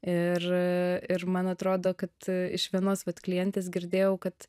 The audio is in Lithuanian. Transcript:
ir ir man atrodo kad iš vienos vat klientės girdėjau kad